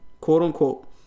quote-unquote